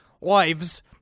lives